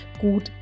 gut